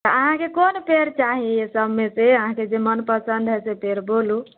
तऽ अहाँकेँ कोन पेड़ चाही ई सभमे से अहाँकेँ जे मनपसन्द हय से पेड़ बोलू